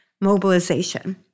mobilization